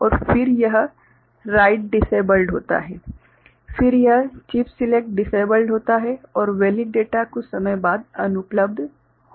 और फिर यह राइट डिसेबल्ड होता है फिर यह चिप सिलेक्ट डिसेबल्ड होता है और वेलिड डेटा कुछ समय बाद अनुपलब्ध हो जाता है